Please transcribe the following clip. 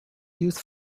used